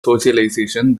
socialization